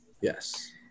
Yes